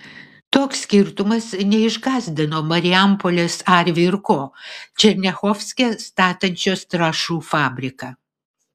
toks skirtumas neišgąsdino marijampolės arvi ir ko černiachovske statančios trąšų fabriką